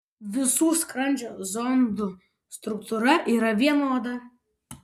visų skrandžio zondų struktūra yra vienoda